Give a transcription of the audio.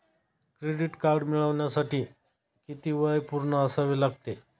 Credit card मिळवण्यासाठी किती वय पूर्ण असावे लागते?